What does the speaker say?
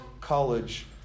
college